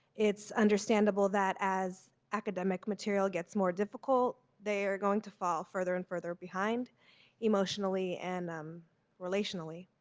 it's understandable that as academic material gets more difficult they are going to fall further and further behind emotionally and um relationly.